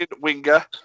winger